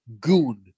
goon